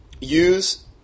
use